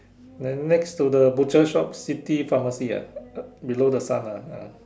then next to the butcher shop city pharmacy ah below the sun ah ah